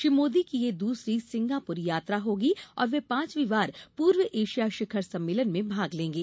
श्री मोदी की यह दूसरी सिंगापुर यात्रा होगी और वे पांचवी बार पूर्व एशिया शिखर सम्मेलन में भाग लेंगे